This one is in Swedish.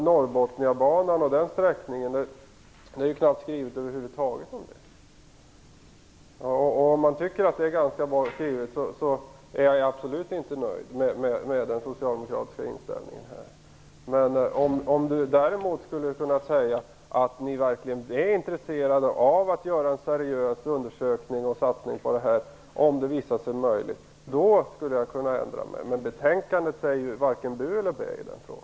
Herr talman! Man kan inte säga att det är ganska bra skrivet om Norrbotniabanan och dess sträckning. Det är över huvud taget knappt skrivet något om detta. Jag är absolut inte nöjd med den socialdemokratiska inställningen om den innebär att man tycker att det är ganska bra skrivet om detta. Men om ni verkligen är intresserade av att göra en seriös undersökning och satsning på detta skulle jag kunna ändra mig. Men betänkandet säger ju varken bu eller bä i den frågan.